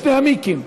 שני המיקים.